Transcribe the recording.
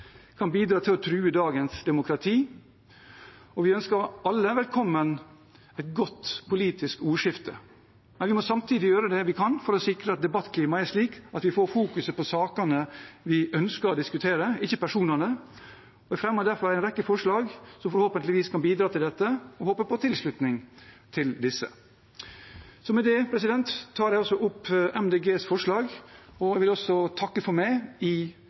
kan bidra til å true dagens demokrati, og vi ønsker alle et godt politisk ordskifte velkommen. Men vi må samtidig gjøre det vi kan for å sikre at debattklimaet er slik at vi får fokuset på sakene vi ønsker å diskutere, ikke personene. Jeg fremmer derfor en rekke forslag som forhåpentligvis kan bidra til dette, og håper på tilslutning til disse. Med det tar jeg opp Miljøpartiet De Grønnes forslag og vil også takke for meg i